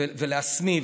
ולהשניא,